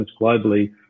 globally